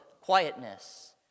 quietness